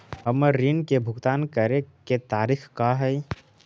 हमर ऋण के भुगतान करे के तारीख का हई?